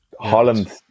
Holland